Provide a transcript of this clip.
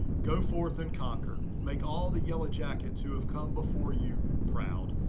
go forth and conquer, make all the yellow jackets who have come before you proud.